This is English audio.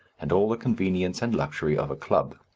and all the convenience and luxury of a club.